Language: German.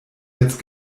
jetzt